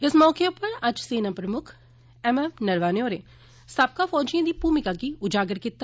इस मौके उप्पर अज्ज सेना प्रमुक्ख एम एम नरवाने होरें साबका फौजियें दी भूमिका गी उजागर कीता